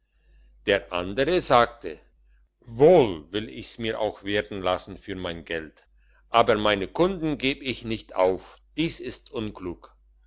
der andere sagte wohl will ich mir's auch werden lassen für mein geld aber meine kunden geb ich nicht auf dies ist unklug